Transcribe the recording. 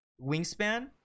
wingspan